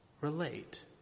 relate